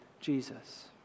Jesus